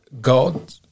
God